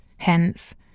Hence